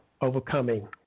overcoming